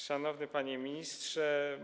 Szanowny Panie Ministrze!